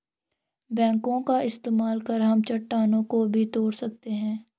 backhoe का इस्तेमाल कर हम चट्टानों को भी तोड़ सकते हैं